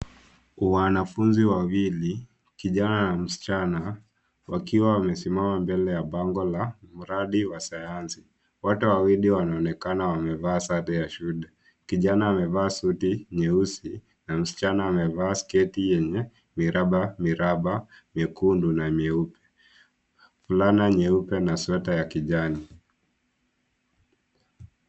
Wanafunzi wawili, kijana na msichana, wakiwa wamesimama mbele ya bango la mradi wa sayansi. Wote wawili wanaonekana wamevaa sare ya shule. Kijana amevaa suti nyeusi, na msichana amevaa sketi yenye miraba miraba, mekundu na meupe, fulana nyeupe na sweta ya kijani.